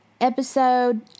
episode